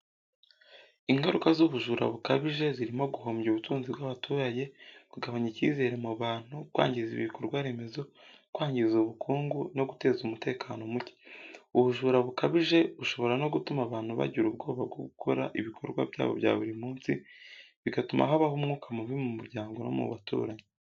Ingaruka z’ubujura bukabije zirimo guhombya ubutunzi bw’abaturage, kugabanya icyizere mu bantu, kwangiza ibikorwaremezo, kwangiza ubukungu no guteza umutekano muke. Ubujura bukabije bushobora no gutuma abantu bagira ubwoba bwo gukora ibikorwa byabo bya buri munsi, bigatuma habaho umwuka mubi mu muryango no mu baturanyi.